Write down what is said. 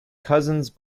cousins